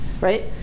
Right